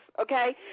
okay